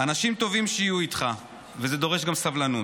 אנשים טובים שיהיו איתך, וזה דורש גם סבלנות.